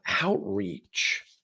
outreach